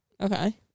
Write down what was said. Okay